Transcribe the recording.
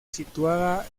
situada